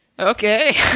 Okay